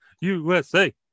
USA